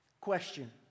Question